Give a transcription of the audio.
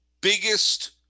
biggest